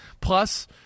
plus